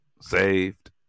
saved